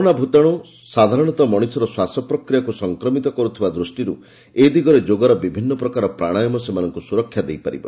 corona ଭୂତାଣୁ ସାଧାରଣତଃ ମଣିଷର ଶ୍ୱାସ ପ୍ରକ୍ରିୟାକୁ ସଂକ୍ରମିତ କରୁଥିବା ଦୃଷ୍ଟିରୁ ଏ ଦିଗରେ ଯୋଗର ବିଭିନ୍ନ ପ୍ରକାର ପ୍ରାଣାୟମ ସେମାନଙ୍କୁ ସୁରକ୍ଷା ଦେଇ ପାରିବ